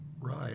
Right